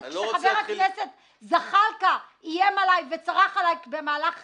כשחבר הכנסת זחאלקה איים עליי וצרח עליי במהלך